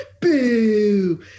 Boo